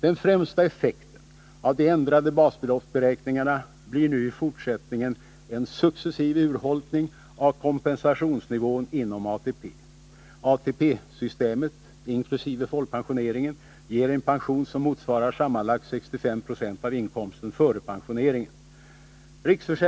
Den främsta effekten av de ändrade basbeloppsberäkningarna blir nu i fortsättningen en successiv urholkning av kompensationsnivån inom ATP. ATP-systemet, inkl. folkpensioneringen, ger en pension som motsvarar sammanlagt 65 70 av inkomsten före pensioneringen.